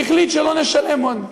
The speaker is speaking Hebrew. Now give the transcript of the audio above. והחליט שלא נשלם עוד.